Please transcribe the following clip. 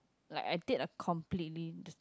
like I did a completely